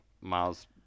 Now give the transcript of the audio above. Miles